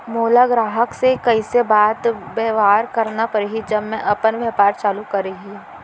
मोला ग्राहक से कइसे बात बेवहार करना पड़ही जब मैं अपन व्यापार चालू करिहा?